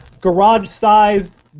garage-sized